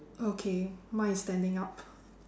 okay mine is standing up